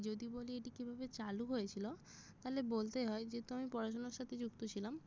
যদি বলি এটি কীভাবে চালু হয়েছিলো তাহলে বলতে হয় যেহেতু আমি পড়াশুনোর সাথে যুক্ত ছিলাম